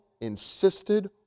insisted